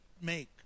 make